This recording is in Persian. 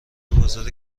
بازار